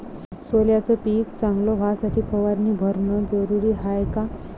सोल्याचं पिक चांगलं व्हासाठी फवारणी भरनं जरुरी हाये का?